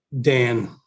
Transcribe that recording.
Dan –